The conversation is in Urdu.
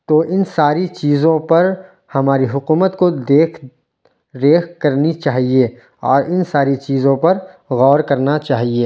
تو ان ساری چیزوں پر ہماری حکومت کو دیکھ ریکھ کرنی چاہیے اور ان ساری چیزوں پر غور کرنا چاہیے